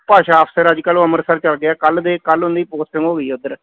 ਭਾਸ਼ਾ ਅਫਸਰ ਅੱਜ ਕੱਲ੍ਹ ਉਹ ਅੰਮ੍ਰਿਤਸਰ ਚੱਲ ਗਏ ਹੈ ਕੱਲ੍ਹ ਦੇ ਕੱਲ੍ਹ ਉਹਨਾਂ ਦੀ ਪੋਸਟਿੰਗ ਹੋ ਗਈ ਆ ਉੱਧਰ